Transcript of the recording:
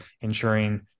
ensuring